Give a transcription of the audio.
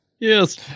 Yes